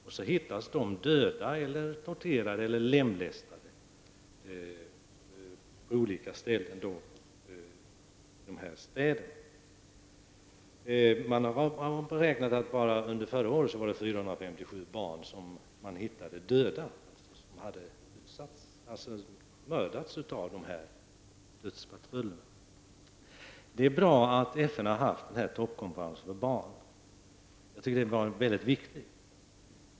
Sedan hittas de dödade, torterade eller lemlästade, på olika ställen i städerna. Bara under förra året hittades 457 barn döda som hade mördats av dödspatrullerna. Det är bra att FN har genomfört toppkonferensen om barn. Det var mycket viktigt.